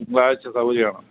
തിങ്കളായ്ച സൗകര്യമാണ്